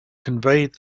conveyed